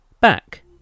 back